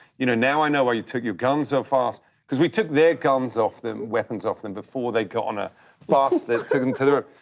you know, now i know why you took your gun so fast cause we took their guns off them, weapons off them before they got on a bus that took em to the